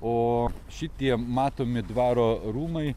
o šitie matomi dvaro rūmai